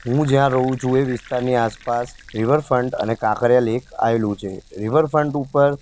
હું જ્યાં રહું છું એ વિસ્તારની આસપાસ રિવરફ્રન્ટ અને કાંકરિયા લેક આવેલું છે રિવરફ્રન્ટ ઉપર